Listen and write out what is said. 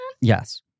Yes